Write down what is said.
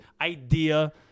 idea